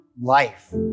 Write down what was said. life